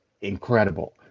incredible